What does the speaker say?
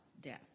death